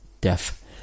death